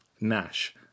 Nash